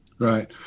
Right